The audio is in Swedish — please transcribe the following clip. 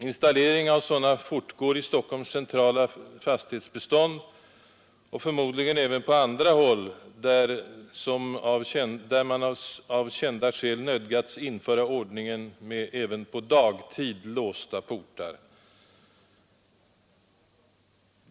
Installering av sådana fortgår i Stockholms centrala fastighetsbestånd och förmodligen även på andra håll, där man av kända skäl nödgats införa ordningen med även på dagtid låsta portar.